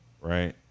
right